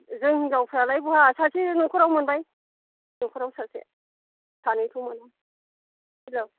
जों हिन्जावफ्रा लाय बहा सासे नखराव मोनबाय नखराव सासे सानैथ' मोना